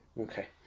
Okay